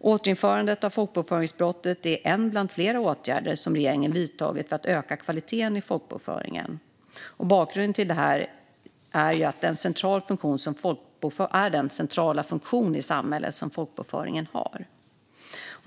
Återinförandet av folkbokföringsbrottet är en bland flera åtgärder som regeringen vidtagit för att öka kvaliteten i folkbokföringen. Bakgrunden till detta är den centrala funktion i samhället som folkbokföringen har.